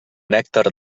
nèctar